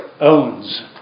owns